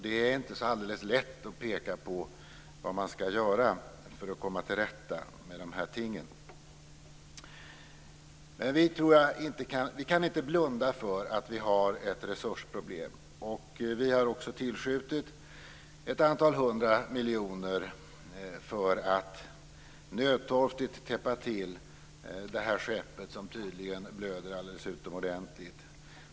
Det är inte alldeles lätt att peka på vad man skall göra för att komma till rätta med dessa ting. Men man kan inte blunda för att det finns ett resursproblem. Vi har också tillskjutit ett antal hundra miljoner för att nödtorftigt täppa till det här skeppet, som tydligen blöder utomordentligt mycket.